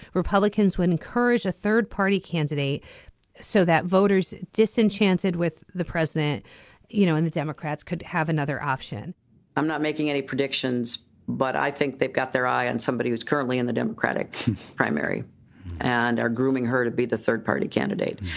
republicans would encourage a third party candidate so that voters disenchanted with the president you know in the democrats could have another option i'm not making any predictions but i think they've got their eye on somebody who's currently in the democratic primary and are grooming her to be the third party candidate.